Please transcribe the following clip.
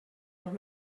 noch